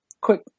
Quick